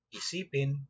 isipin